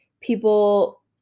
people